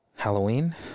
Halloween